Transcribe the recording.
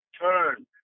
turn